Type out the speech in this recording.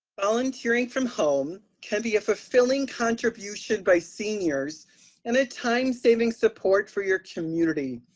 volunteering from home can be a fulfilling contribution by seniors and a time saving support for your community.